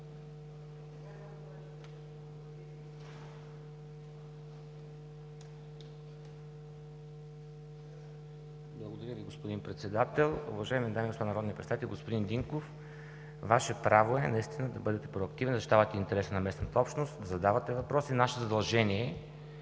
Благодаря Ви, господин Председател. Уважаеми дами и господа народни представители! Господин Динков, Ваше право е наистина да бъдете проактивен, да защитавате интереса на местната общност, да задавате въпроси. Наше задължение е